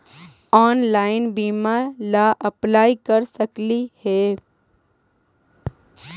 Online बीमा ला apply कर सकली हे?